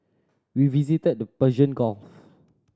we visited the Persian Gulf